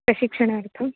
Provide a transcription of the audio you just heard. प्रशिक्षाणार्थं